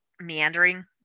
meandering